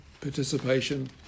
participation